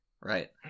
Right